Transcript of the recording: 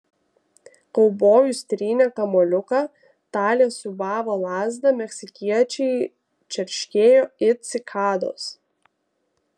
kaubojus trynė kamuoliuką talė siūbavo lazdą meksikiečiai čerškėjo it cikados